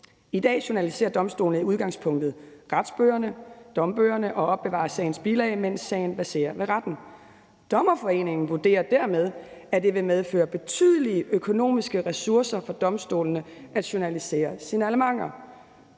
I dag journaliserer domstolene i udgangspunktet retsbøgerne og dombøgerne og opbevarer sagens bilag, mens sagen verserer ved retten. Dommerforeningen vurderer, at det dermed vil medføre brug af betydelige økonomiske ressourcer for domstolene at journalisere signalementer.